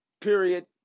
period